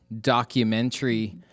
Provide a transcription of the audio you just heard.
documentary